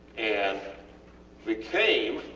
and became,